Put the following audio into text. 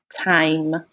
time